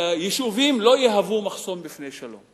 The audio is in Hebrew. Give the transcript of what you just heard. יישובים לא יהוו מחסום בפני שלום.